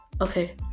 Okay